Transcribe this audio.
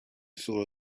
saw